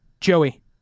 Joey